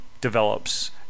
develops